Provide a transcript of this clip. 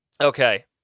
Okay